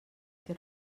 que